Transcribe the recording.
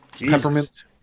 Peppermint